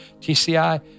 TCI